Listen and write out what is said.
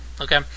okay